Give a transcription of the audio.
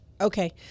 Okay